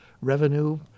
revenue